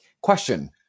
question